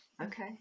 Okay